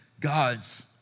God's